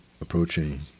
approaching